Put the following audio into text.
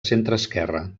centreesquerra